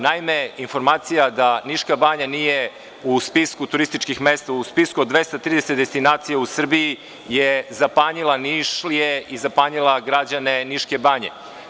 Naime, informacija da Niška banja nije u spisku turističkih mesta, u spisku od 230 destinacija u Srbiji je zapanjila Nišlije i građane Niške banje.